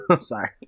Sorry